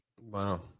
Wow